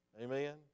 Amen